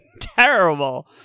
terrible